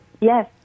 yes